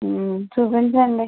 చూపించండి